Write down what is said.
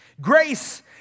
Grace